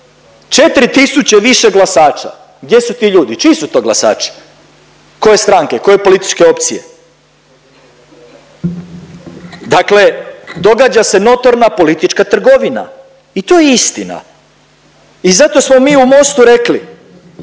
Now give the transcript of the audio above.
4000 više glasača. Gdje su ti ljudi, čiji su to glasači, koje stranke, koje političke opcije? Dakle, događa se notorna politička trgovina i to je istina i zato smo mi u Mostu rekli,